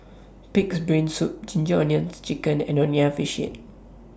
Pig'S Brain Soup Ginger Onions Chicken and Nonya Fish Head